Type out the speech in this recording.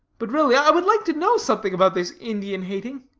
but really, i would like to know something about this indian-hating,